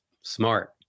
smart